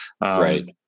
Right